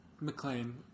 McLean